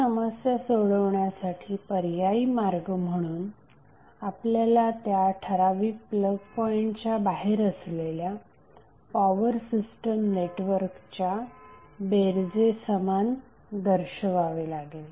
ती समस्या सोडवण्यासाठी पर्यायी मार्ग म्हणून आपल्याला त्या ठराविक प्लग पॉईंटच्या बाहेर असलेल्या पॉवर सिस्टम नेटवर्कच्या बेरजेसमान दर्शवावे लागेल